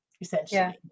essentially